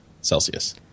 Celsius